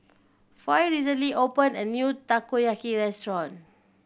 Foy recently opened a new Takoyaki restaurant